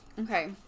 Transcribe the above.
Okay